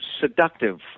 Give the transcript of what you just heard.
seductive